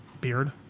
beard